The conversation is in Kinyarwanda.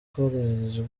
koroherezwa